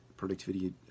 productivity